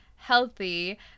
healthy